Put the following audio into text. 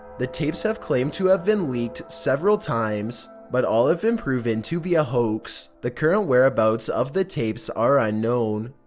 the tapes have claimed to have been leaked several times, but all have been proven to be a hoax. the current whereabouts of the tapes are unknown.